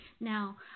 Now